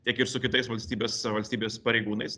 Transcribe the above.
tiek ir su kitais valstybės valstybės pareigūnais